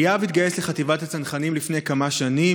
ליאב התגייס לחטיבת הצנחנים לפני כמה שנים.